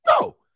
No